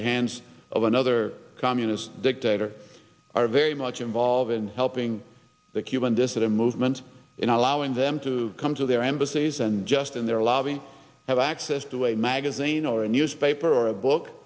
the hands of another communist dictator are very much involved in helping the cuban dissident movement in allowing them to come to their embassies and just in the or lobby have access to a magazine or a newspaper or a book